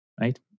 right